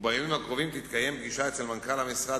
ובימים הקרובים תתקיים פגישה אצל מנכ"ל המשרד,